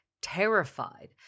terrified